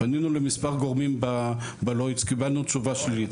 פנינו למספר גורמים בלוידס, קיבלנו תשובה שלילית.